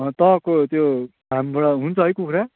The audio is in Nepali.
तपाईँको त्यो फार्मबाट हुन्छ है कुखुरा